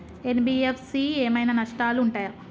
NBFC ఏమైనా నష్టాలు ఉంటయా?